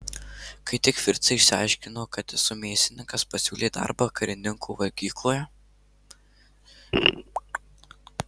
kai tik fricai išsiaiškino kad esu mėsininkas pasiūlė darbą karininkų valgykloje